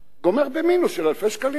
גומר במינוס של אלפי שקלים את החודש.